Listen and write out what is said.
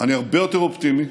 אני הרבה יותר אופטימי.